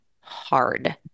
hard